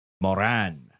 Moran